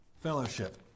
fellowship